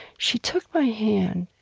she took my hand,